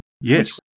Yes